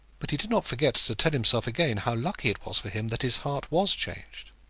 but he did not forget to tell himself again how lucky it was for him that his heart was changed.